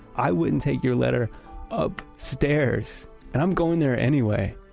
i wouldn't take your letter um so upstairs! and i'm going there anyway